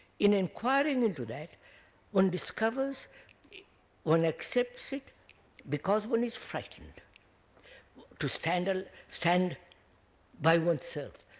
in enquiring into that one discovers one accepts it because one is frightened to stand ah stand by oneself,